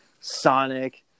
Sonic